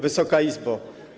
Wysoka Izbo!